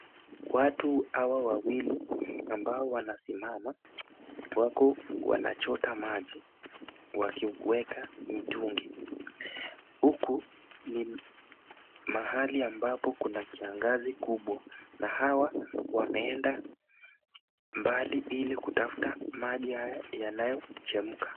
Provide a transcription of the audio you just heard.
Watu hawa wawili ambao wanasimama wako wanachota maji wakiweka mitungi, huku ni mahali ambapo kuna kiangazi kubwa na hawa wameenda mbali ili kutafuta maji hayo yanayochemka.